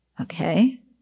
Okay